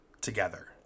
together